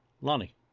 Lonnie